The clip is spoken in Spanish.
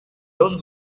dos